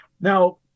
Now